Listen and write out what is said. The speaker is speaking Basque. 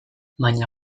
baina